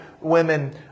women